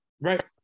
Right